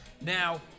Now